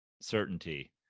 certainty